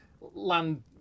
land